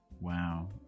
Wow